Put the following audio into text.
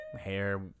hair